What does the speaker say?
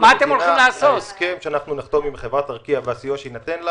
ההסכם שנחתום איתם והסיוע שיינתן לה